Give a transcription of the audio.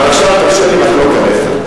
אבל עכשיו תרשה לי לחלוק עליך.